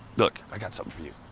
look, i got something for you.